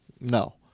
No